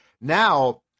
Now